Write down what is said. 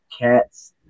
Cats